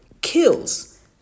kills